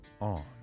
on